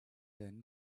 then